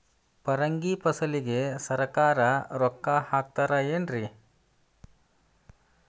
ಪರಂಗಿ ಫಸಲಿಗೆ ಸರಕಾರ ರೊಕ್ಕ ಹಾಕತಾರ ಏನ್ರಿ?